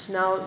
Now